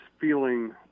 feeling